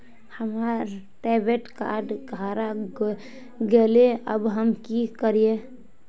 हमर debit card हरा गेले अब हम की करिये?